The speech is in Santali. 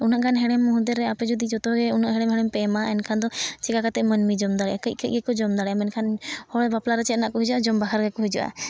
ᱩᱱᱟᱹᱜ ᱜᱟᱱ ᱦᱮᱲᱮᱢ ᱢᱩᱫ ᱨᱮ ᱟᱯᱮ ᱡᱩᱫᱤ ᱡᱚᱛᱚ ᱜᱮ ᱩᱱᱟᱹᱜ ᱦᱮᱬᱮᱢ ᱦᱮᱬᱮᱢᱟ ᱯᱮ ᱮᱢᱟᱜᱼᱟ ᱮᱱᱠᱷᱟᱱ ᱫᱚ ᱪᱤᱠᱟᱹ ᱠᱟᱛᱮᱫ ᱢᱟᱹᱱᱢᱤ ᱡᱚᱢ ᱫᱟᱲᱮᱭᱟᱜᱼᱟ ᱠᱟᱹᱡ ᱠᱟᱹᱡ ᱜᱮᱠᱚ ᱡᱚᱢ ᱫᱟᱲᱮᱭᱟᱜᱼᱟ ᱢᱮᱱᱠᱞᱷᱟᱱ ᱦᱚᱲᱟᱜ ᱵᱟᱯᱞᱟ ᱨᱮ ᱪᱮᱫ ᱨᱮᱱᱟᱜ ᱠᱚ ᱦᱤᱡᱩᱜᱼᱟ ᱡᱚᱢ ᱵᱟᱦᱟᱨ ᱜᱮᱠᱚ ᱦᱤᱡᱩᱜᱼᱟ